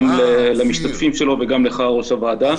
גם למשתתפים בו וגם לך יושב ראש הוועדה.